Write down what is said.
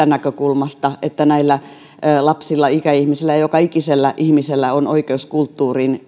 näkökulmasta että näillä lapsilla ikäihmisillä ja joka ikisellä ihmisellä on oikeus kulttuuriin